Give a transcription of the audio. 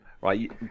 Right